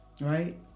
right